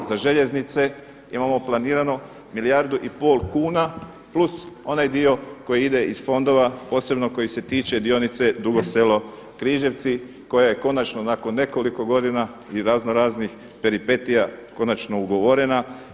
Za željeznice imamo planirano milijardu i pol kuna plus onaj dio koji ide iz fondova posebno koji se tiče dionice Dugo Selo – Križevci koja je konačno nakon nekoliko godina i razno raznih peripetija konačno ugovorena.